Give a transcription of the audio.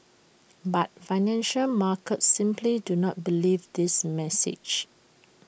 but financial markets simply do not believe this message